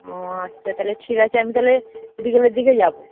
ও আচ্ছা তাহলে ঠিক আছে আমি তাহলে বিকেলের দিকে যাবো